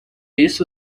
isso